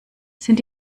sind